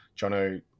Jono